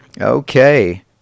Okay